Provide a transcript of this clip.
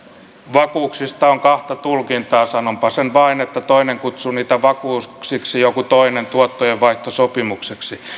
vakuuksista on kahta tulkintaa sanonpa sen vain että toinen kutsuu niitä vakuuksiksi joku toinen tuottojenvaihtosopimukseksi